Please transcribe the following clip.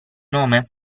nome